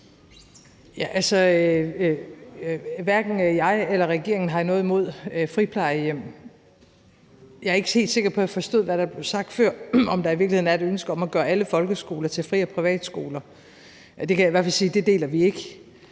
Hverken jeg eller regeringen har noget imod friplejehjem. Jeg er ikke helt sikker på, at jeg forstod, hvad der blev sagt før – om der i virkeligheden er et ønske om at gøre alle folkeskoler til fri- og privatskoler. Det kan jeg i hvert fald sige at vi ikke